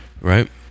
right